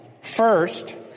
First